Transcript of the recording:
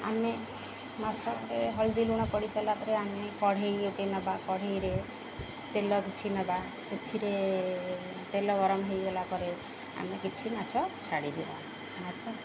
ଆମେ ମାଛରେ ହଳଦୀ ଲୁଣ ପଡ଼ି ସାରଲା ପରେ ଆମେ କଢ଼େଇକେ ନବା କଢ଼େଇରେ ତେଲ କିଛି ନେବା ସେଥିରେ ତେଲ ଗରମ ହେଇଗଲା ପରେ ଆମେ କିଛି ମାଛ ଛାଡ଼ିଦବା ମାଛ